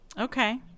Okay